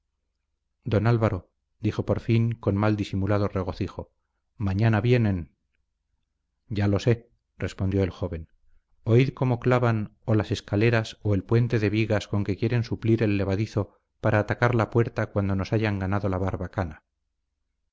don álvaro dijo por fin con mal disimulado regocijo mañana vienen ya lo sé respondió el joven oíd cómo clavan o las escalas o el puente de vigas con que piensan suplir el levadizo para atacar la puerta cuando nos hayan ganado la barbacana